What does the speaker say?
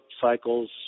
cycles